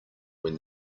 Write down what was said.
when